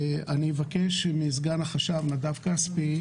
אני מבקש מסגן החשב נדב כספי,